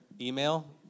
email